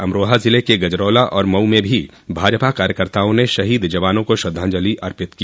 अमरोहा ज़िले के गजरौला और मऊ में भी भाजपा कार्यकर्ताओं ने शहीद जवानों को श्रद्धांजलि अर्पित की